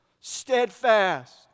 Steadfast